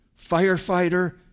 firefighter